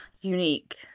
unique